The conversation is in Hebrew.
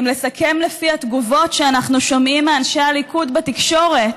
אם לסכם לפי התגובות שאנחנו שומעים מאנשי הליכוד בתקשורת,